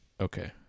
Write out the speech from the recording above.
okay